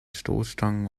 stoßstangen